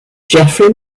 geoffrey